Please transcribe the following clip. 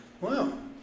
wow